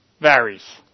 varies